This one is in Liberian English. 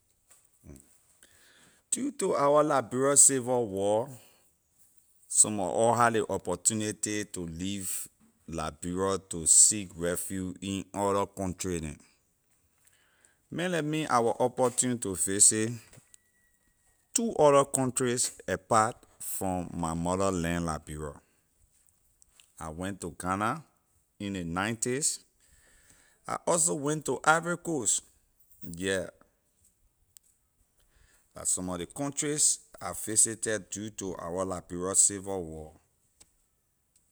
Due to our liberia civil war, some mor or had ley opportunity to leave liberia to seek refuge in other country neh man like me I was opportune to visit two other countries apart from my motherland liberia I went to ghana in ley ninety’s I also went to ivory coast yeah la some of ley countries I visited due to our liberia civil war.